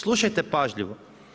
Slušajte pažljivo.